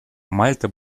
мальта